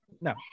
No